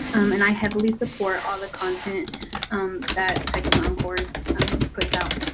and i heavily support all the content that texas oncourse puts out.